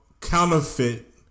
counterfeit